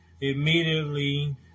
immediately